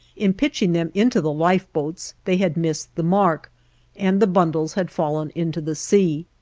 in pitching them into the lifeboats they had missed the mark and the bundles had fallen into the sea.